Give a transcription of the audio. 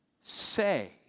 say